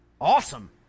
awesome